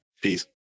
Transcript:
Peace